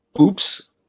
oops